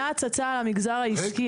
היה הצצה למגזר העסקי,